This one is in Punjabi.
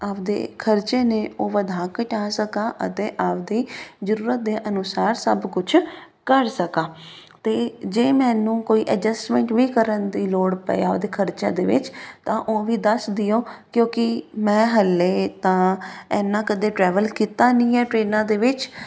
ਆਪਦੇ ਖਰਚੇ ਨੇ ਉਹ ਵਧਾ ਘਟਾ ਸਕਾ ਅਤੇ ਆਪਦੀ ਜ਼ਰੂਰਤ ਦੇ ਅਨੁਸਾਰ ਸਭ ਕੁਝ ਕਰ ਸਕਾਂ ਅਤੇ ਜੇ ਮੈਨੂੰ ਕੋਈ ਐਡਜਸਟਮੈਂਟ ਵੀ ਕਰਨ ਦੀ ਲੋੜ ਪਏ ਆਪਦੇ ਖਰਚਿਆਂ ਦੇ ਵਿੱਚ ਤਾਂ ਉਹ ਵੀ ਦੱਸ ਦਿਓ ਕਿਉਂਕਿ ਮੈਂ ਹਾਲੇ ਤਾਂ ਇੰਨਾ ਕਦੇ ਟਰੈਵਲ ਕੀਤਾ ਨਹੀਂ ਹੈ ਟਰੇਨਾਂ ਦੇ ਵਿੱਚ